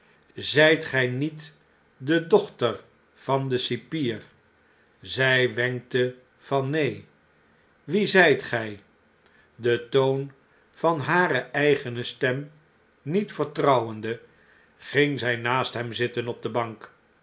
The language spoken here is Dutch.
zijt gg niet de doehter van dencipier zg wehkte van neen wie zgt gij den toon van hare eigene stem niet vertrouwende ging zg naast hem zitten op de bank